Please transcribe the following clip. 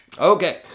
Okay